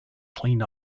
clean